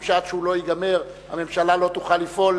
שעד שהוא לא ייגמר הממשלה לא תוכל לפעול,